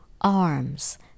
arms